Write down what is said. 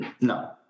No